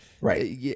right